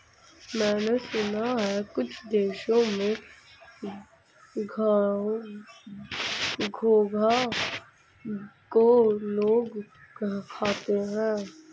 मैंने सुना है कुछ देशों में घोंघा को लोग खाते हैं